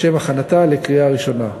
לשם הכנתה לקריאה ראשונה.